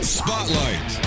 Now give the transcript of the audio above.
spotlight